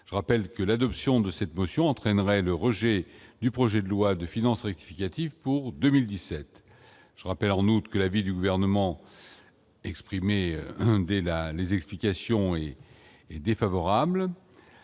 je rappelle que l'adoption de cette motion entraînerait le rejet du projet de loi de finances rectificative pour 2017 je rappelle en août que l'avis du gouvernement, exprimé dès la les explications et et défavorable